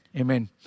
Amen